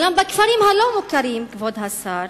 אולם בכפרים הלא-מוכרים, כבוד השר,